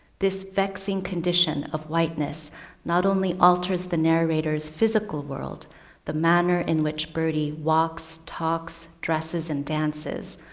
this vexing condition of whiteness not only alters the narrator's physical world the manner in which birdie walks, talks, dresses and dances.